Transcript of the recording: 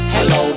Hello